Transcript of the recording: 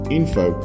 info